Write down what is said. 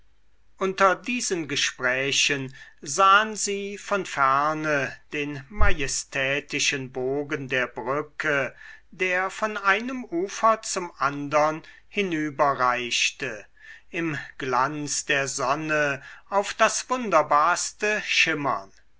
unter diesen gesprächen sahen sie von ferne den majestätischen bogen der brücke der von einem ufer zum andern hinüberreichte im glanz der sonne auf das wunderbarste schimmern